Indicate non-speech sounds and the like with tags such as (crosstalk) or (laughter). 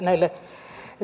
(unintelligible) näille